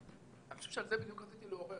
אני חושב שעל זה בדיוק רציתי לדבר,